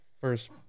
first